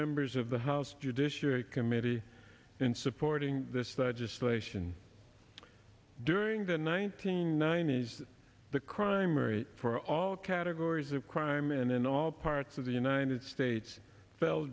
members of the house judiciary committee in supporting this legislation during the nineteen nineties the crime rate for all categories of crime and in all parts of the united states f